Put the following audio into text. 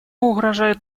угрожают